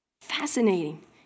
Fascinating